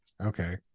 Okay